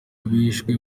bishwe